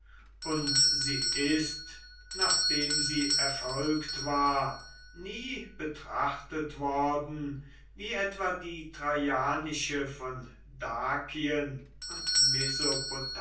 und sie ist nachdem sie erfolgt war nie betrachtet worden wie etwa die traianische von dakien und